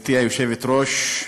גברתי היושבת-ראש,